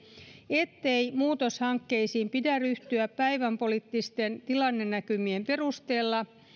ettei muutoshankkeisiin pidä ryhtyä päivänpoliittisten tilannenäkymien perusteella